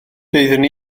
doeddwn